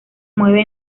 mueve